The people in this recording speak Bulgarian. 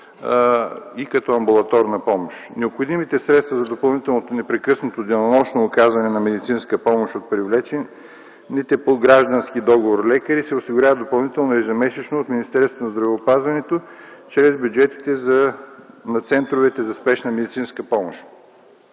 и като амбулаторна помощ. Необходимите средства за допълнителното непрекъснато денонощно оказване на медицинска помощ от привлечените по граждански договор лекари се осигурява допълнително ежемесечно от Министерството на здравеопазването чрез бюджетите на центровете за спешна медицинска помощ.